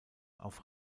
auf